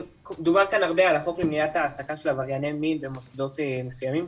דובר כאן הרבה על החוק למניעת העסקה של עברייני מין במוסדות מסוימים,